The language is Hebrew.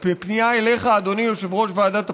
בפנייה אליך, אדוני יושב-ראש ועדת הפנים: